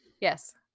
yes